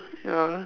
ya